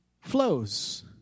flows